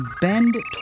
bend